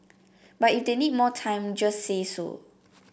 but if they need more time just say so